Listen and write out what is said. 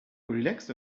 relaxed